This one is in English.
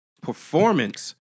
Performance